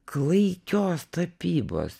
klaikios tapybos